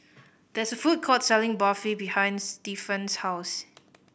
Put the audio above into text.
there is a food court selling Barfi behind Stefan's house